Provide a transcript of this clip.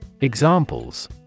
Examples